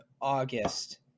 August